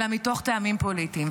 אלא מטעמים פוליטיים.